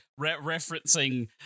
Referencing